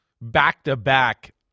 back-to-back